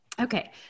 Okay